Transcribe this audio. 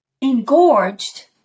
engorged